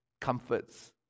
comforts